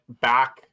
back